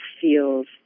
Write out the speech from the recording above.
feels